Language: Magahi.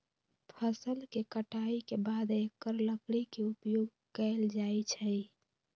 फ़सल के कटाई के बाद एकर लकड़ी के उपयोग कैल जाइ छइ